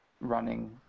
running